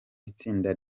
itsinda